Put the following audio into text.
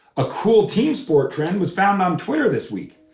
a cool team sport trend was found on twitter this week,